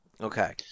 Okay